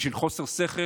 על חוסר שכל